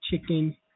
chicken